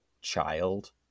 child